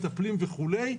מטפלים וכו',